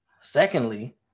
Secondly